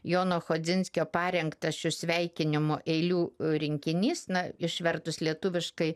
jono chodzinskio parengtas su sveikinimu eilių rinkinys na išvertus lietuviškai